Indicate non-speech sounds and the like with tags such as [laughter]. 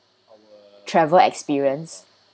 [noise] travel experience